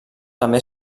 també